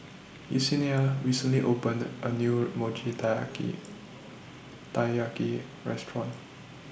Yesenia recently opened A New Mochi Taiyaki Taiyaki Restaurant